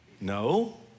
No